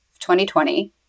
2020